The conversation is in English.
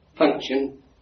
function